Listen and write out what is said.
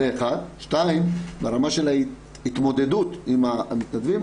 זה 1. 2. ברמה של ההתמודדות עם המתנדבים.